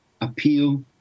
appeal